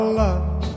love